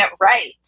right